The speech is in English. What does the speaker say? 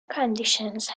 conditions